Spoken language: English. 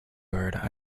bird